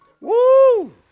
Woo